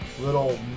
little